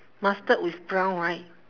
mustard with brown right